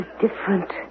different